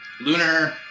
lunar